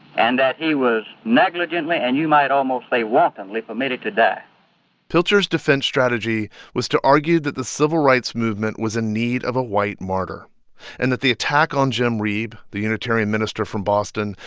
and that he was negligently and you might almost say wantonly permitted to die pilcher's defense strategy was to argue that the civil rights movement was in need of a white martyr and that the attack on jim reeb, the unitarian minister from boston,